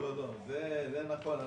באמת, זה נכון.